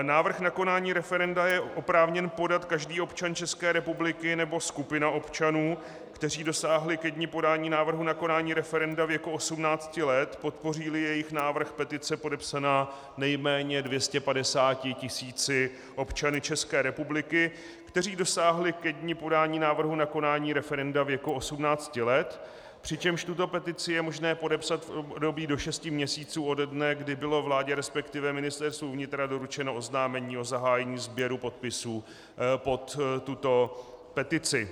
Návrh na konání referenda je oprávněn podat každý občan České republiky nebo skupina občanů, kteří dosáhli ke dni podání návrhu na konání referenda věku 18 let, podpoříli jejich návrh petice podepsaná nejméně 250 tisíci občany České republiky, kteří dosáhli ke dni podání návrhu na konání referenda věku 18 let, přičemž tuto petici je možné podepsat v období do šesti měsíců ode dne, kdy bylo vládě, resp. Ministerstvu vnitra, doručeno oznámení o zahájení sběru podpisů pod tuto petici.